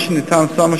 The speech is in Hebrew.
מה שניתן שם,